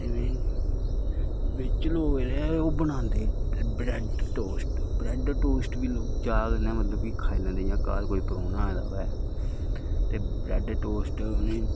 ते बिच्च लोक एह्दे ओह् बनांदे ब्रैड टोस्ट ब्रैड टोस्ट बी लोक चाह् कन्नै मतलब खाई लैंदे जियां घर कोई परौह्ना आए दा होऐ ते ब्रैड टोस्ट उ'नेंगी